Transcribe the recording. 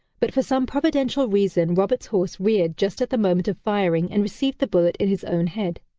but for some providential reason roberts' horse reared just at the moment of firing and received the bullet in his own head.